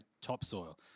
topsoil